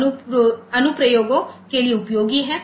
तो यह कई अनुप्रयोगों के लिए उपयोगी है